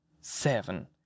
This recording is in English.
seven